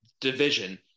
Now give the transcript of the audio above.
division